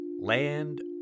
Land